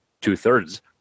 two-thirds